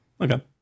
okay